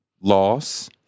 loss